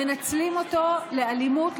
מנצלים לאלימות,